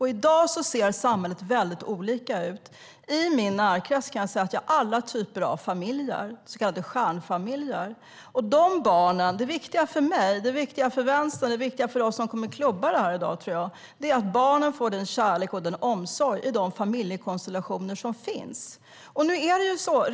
I dag ser det väldigt olika ut i samhället. I min närkrets kan jag säga att jag har alla typer av familjer, så kallade stjärnfamiljer. Det viktiga för mig, för Vänstern och för oss som jag tror kommer att klubba det här i dag är att barnen får den kärlek och den omsorg i de familjekonstellationer som finns.